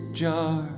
jar